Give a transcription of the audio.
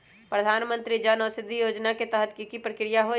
प्रधानमंत्री जन औषधि योजना के तहत की की प्रक्रिया होई?